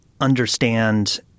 understand